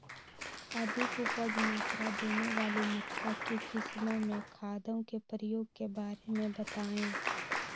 अधिक उपज मात्रा देने वाली मक्का की किस्मों में खादों के प्रयोग के बारे में बताएं?